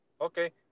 Okay